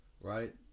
Right